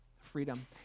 freedom